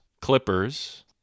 Clippers